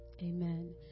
Amen